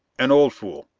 an old fool,